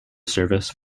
service